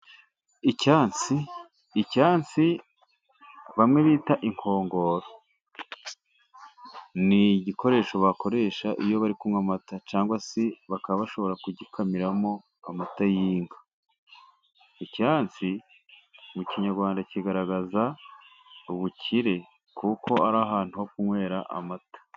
Icyansi, icyansi bamwe bita inkongoro ni igikoresho bakoresha iyo bari kunywa amata, cyangwa se bakaba bashobora kugikamiramo amata y'inka. Icyansi mu kinyarwanda kigaragaza ubukire, kuko ari ahantu ho kunywera amata.